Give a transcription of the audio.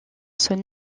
son